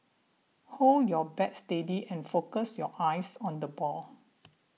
hold your bat steady and focus your eyes on the ball